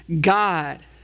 God